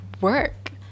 work